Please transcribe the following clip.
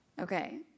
Okay